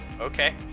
okay